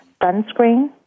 sunscreen